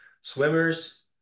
swimmers